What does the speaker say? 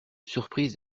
surprise